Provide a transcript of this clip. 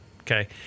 Okay